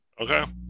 Okay